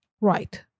Right